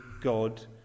God